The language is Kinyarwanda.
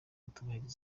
kutubahiriza